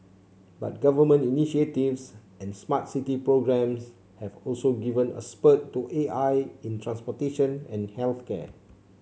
but government initiatives and smart city programs have also given a spurt to A I in transportation and health care